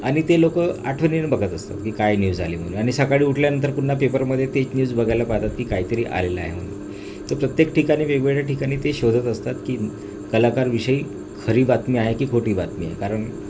आणि ते लोक आठवणीनं बघत असतात की काय न्यूज आले म्हणून आणि सकाळी उठल्यानंतर पुन्हा पेपरमध्ये तेच न्यूज बघायला पाहतात की कायतरी आलेलं आहे म्हण तर प्रत्येक ठिकाणी वेगवेगळ्या ठिकाणी ते शोधत असतात की कलाकारविषयी खरी बातमी आहे की खोटी बातमी आहे कारण